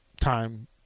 time